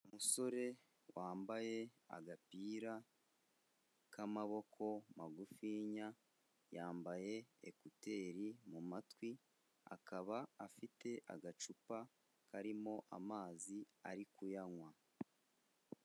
Umusore wambaye agapira k'amaboko magufiya, yambaye ekuteri mu matwi akaba afite agacupa karimo amazi ari kuyanywa.